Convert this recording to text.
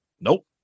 Nope